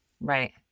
Right